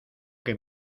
que